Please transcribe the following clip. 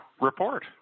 report